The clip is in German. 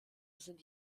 sind